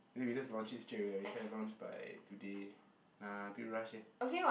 maybe we just launch it straight away we try to launch by today ah a bit rush eh